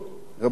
רבותי,